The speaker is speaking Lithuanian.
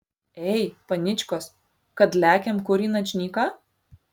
ei paničkos kad lekiam kur į načnyką